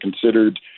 considered